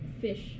fish